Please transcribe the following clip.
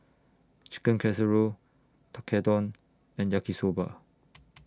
Chicken Casserole Tekkadon and Yaki Soba